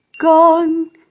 gone